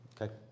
Okay